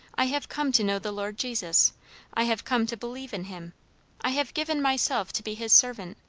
i have come to know the lord jesus i have come to believe in him i have given myself to be his servant.